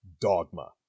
dogma